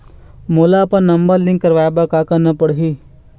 मोला अपन number link करवाये बर का करना पड़ही?